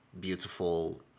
beautiful